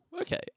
okay